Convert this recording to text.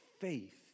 faith